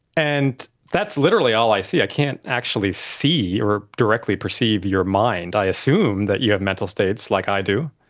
and that's literally all i see. i can't actually see or directly perceive your mind. i assume that you have mental states like i do,